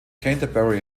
canterbury